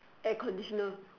air conditioner